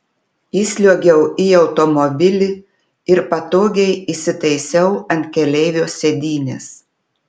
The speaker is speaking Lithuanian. įsliuogiau į automobilį ir patogiai įsitaisiau ant keleivio sėdynės